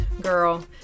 Girl